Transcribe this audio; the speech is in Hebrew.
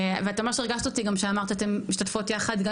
ואת ממש ריגשת אותי גם שאמרת שאתן משתתפות יחד גם